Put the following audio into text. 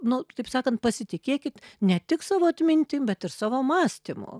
nu taip sakant pasitikėkit ne tik savo atmintim bet ir savo mąstymu